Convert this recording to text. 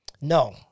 No